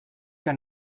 que